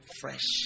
fresh